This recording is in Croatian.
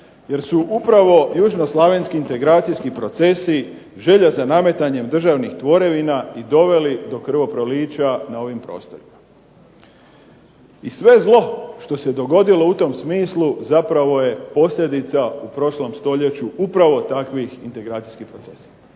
Jer su upravo južnoslavenski integracijski procesi želja za nametanjem državnih tvorevina i doveli do krvoprolića na ovim prostorima. I sve zlo što se dogodilo u tom smislu zapravo je posljedica u prošlom stoljeću upravo takvih integracijskih procesa.